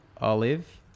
olive